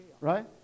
right